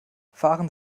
fahren